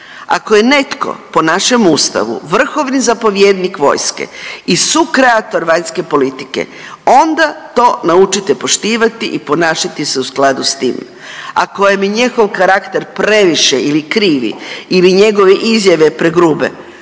Ako je netko po našem Ustavu vrhovni zapovjednik vojske i sukreator vanjske politike, onda to naučite poštivati i ponašati se u skladu s tim. Ako vam je njegov karakter previše ili krivi ili njegove izjave pregrube,